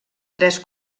tres